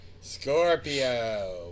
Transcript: Scorpio